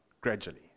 gradually